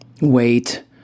Wait